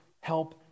help